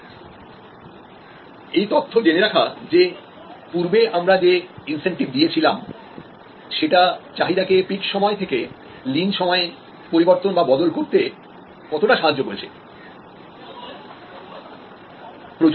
এই তথ্য জেনে রাখা যে পূর্বে আমরা যে ইন্সেন্টিভ দিয়েছিলাম সেটা পিক সময়ের চাহিদা কে লিন সময়ের চাহিদা তে পরিবর্তিত করতে কতটা সাহায্য করেছে